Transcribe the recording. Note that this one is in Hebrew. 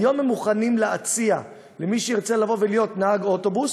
היום הם מוכנים להציע למי שירצה לבוא ולהיות נהג אוטובוס,